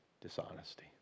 dishonesty